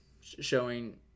Showing